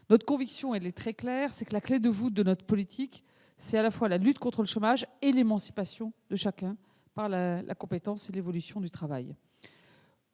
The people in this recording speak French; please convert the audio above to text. Notre conviction est très claire : la clé de voûte de notre politique, c'est à la fois la lutte contre le chômage et l'émancipation de chacun par la compétence et l'évolution du travail.